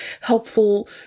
helpful